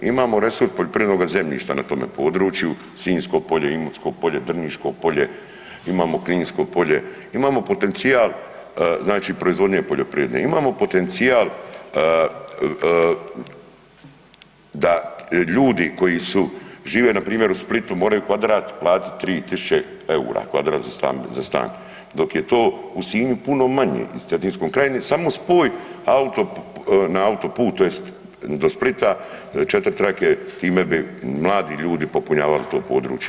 Imamo resurs poljoprivrednoga zemljišta na tome području, Sinjsko polje, Imotsko polje, Drniško polje, imamo Kninsko polje, imamo potencijal, znači proizvodnje poljoprivredne, imamo potencijal da ljudi koji su, žive npr. u Splitu, moraju kvadrat platiti 3 tisuće eura, kvadrat za stan, dok je to u Sinju puno manje i Cetinskoj krajini, samo spoj auto, na autoput tj. do Splita 4 trake, time bi mladi ljudi popunjavali to područje.